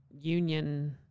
union